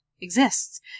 exists